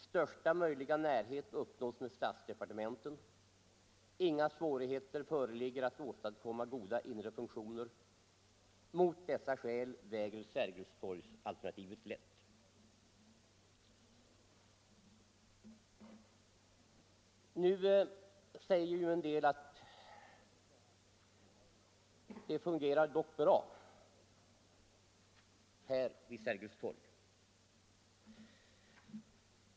Största möjliga närhet till statsdepartementen uppnås. Inga svårigheter föreligger att åstadkomma goda inre funktioner. Mot dessa skäl väger Sergelstorgsalternativet lätt. Nu säger en del att det dock fungerar bra här vid Sergels torg.